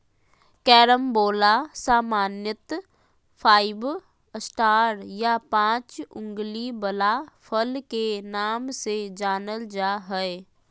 carambola सामान्यत five star या पाँच उंगली वला फल के नाम से जानल जा हय